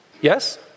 Yes